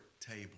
table